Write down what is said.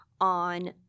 on